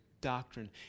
doctrine